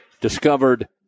discovered